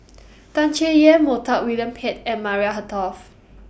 Tan Chay Yan Montague William Pett and Maria Hertogh